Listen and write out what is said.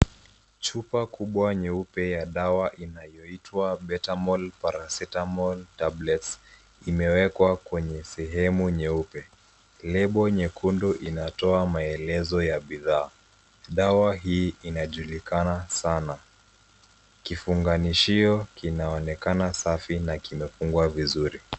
Chupa kubwa nyeupe ya dawa inayoitwa, betamol paracetamol tablets, imewekwa kwenye sehemu nyeupe. Lebo nyekundu inatoa maelezo ya bidhaa .Dawa hii inajulikana sana .Kifunganishio kinaonekana safi na kimefungwa vizuri.